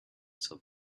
saw